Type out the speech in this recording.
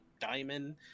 diamond